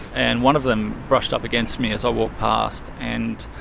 and one of them brushed up against me as i walked past. and